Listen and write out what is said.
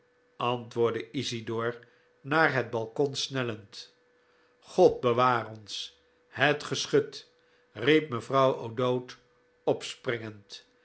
antwoordde isidor naar het balkon snellend god bewaar ons het geschut riep mevrouw o'dowd opspringend